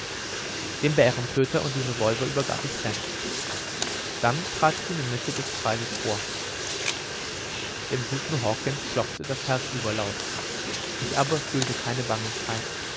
den bärentöter und die revolver übergab ich sam dann trat ich in die mitte des kreises vor dem guten hawkens klopfte das herz überlaut ich aber fühlte keine